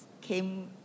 came